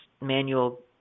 manual